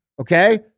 okay